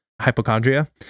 hypochondria